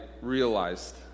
realized